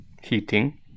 heating